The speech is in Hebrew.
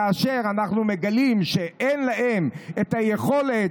כאשר אנחנו מגלים שאין להם את היכולת,